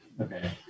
Okay